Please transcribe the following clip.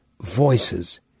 voices